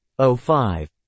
05